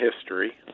history